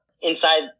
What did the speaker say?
inside